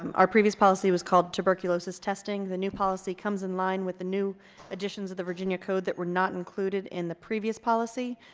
um our previous policy was called tuberculosis testing. the new policy comes in line with the new editions of the virginia code that were not included in the previous policy.